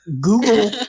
Google